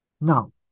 Now